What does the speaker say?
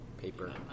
paper